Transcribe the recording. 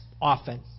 often